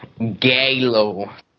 GALO